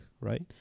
right